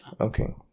Okay